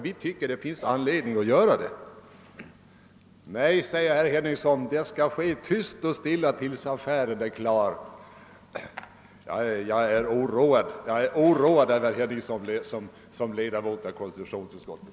Herr Henningsson sade att förhandlingarna skall ske tyst och stilla tills affären är uppgjord. Jag är oroad över herr Henningsson såsom ledamot av konstitutionsutskottet.